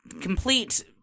complete –